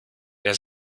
der